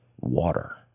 water